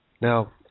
Now